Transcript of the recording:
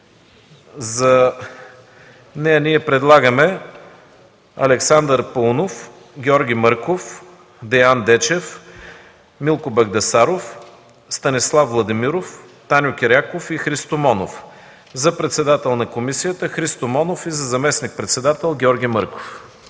За нея ние предлагаме: Александър Паунов, Георги Мърков, Деян Дечев, Милко Багдасаров, Станислав Владимиров, Таню Киряков и Христо Монов. За председател на комисията – Христо Монов, и за заместник-председател – Георги Мърков.